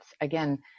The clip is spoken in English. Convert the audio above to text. Again